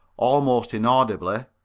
almost inaudibly,